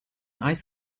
ice